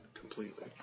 completely